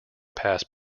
pass